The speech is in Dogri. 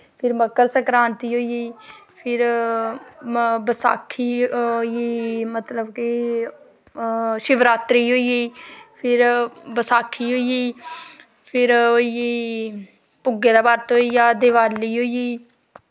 फिर मक्कर संकरांती होई गेई फिर म बसाखी होई गेई मतलव की शिवरात्री होइ गेई फिर बसाखी होई गेई फिर होई गेई भुग्गे दा ब्रत होईया दिवाली हेई गेई